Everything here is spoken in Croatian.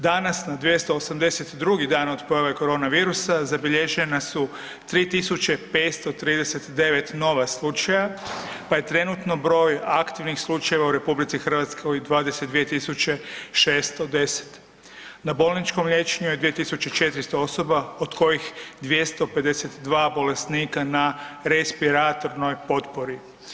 Danas na 288 drugi dan od pojave korona virusa zabilježena su 3.539 nova slučaja, pa je trenutno broj aktivnih slučajeva u RH 22.610, na bolničkom liječenju 2.400 osoba od kojih 252 bolesnika na respiratornoj potpori.